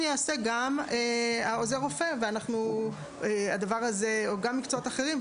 ייעשה גם על ידי עוזר רופא או מקצועות אחרים.